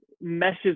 meshes